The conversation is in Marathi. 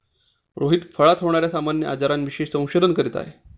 रोहित फळात होणार्या सामान्य आजारांविषयी संशोधन करीत आहे